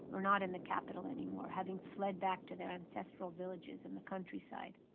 were not in the capital anymore, having fled back to their ancestral villages in the countryside.